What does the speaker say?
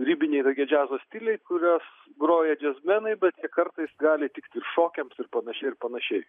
ribiniai tokie džiazo stiliai kuriuos groja džiazmenai bet jie kartais gali tikti šokiams ir panašiai ir panašiai